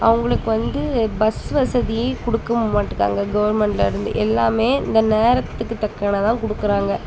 அவங்களுக்கு வந்து பஸ் வசதி கொடுக்கவும் மாட்டேக்காங்க கவுர்மெண்ட்ல இருந்து எல்லாமே இந்த நேரத்துக்கு தக்கன தான் கொடுக்குறாங்க